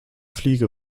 fliege